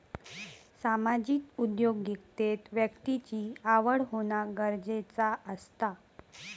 सामाजिक उद्योगिकतेत व्यक्तिची आवड होना गरजेचा असता